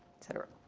etc.